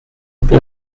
bydd